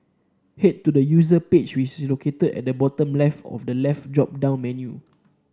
head to the User page which is located at the bottom left of the left drop down menu